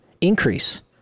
increase